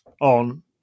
on